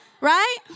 right